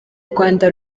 rwanda